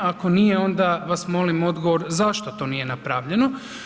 Ako nije onda vas molim odgovor zašto to nije napravljeno.